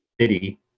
city